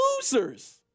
losers